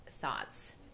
thoughts